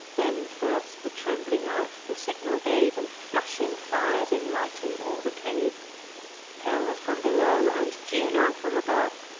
then first the trembling earth the signal gave, and flashing fires enlighten all the cave hell from below, and juno from above,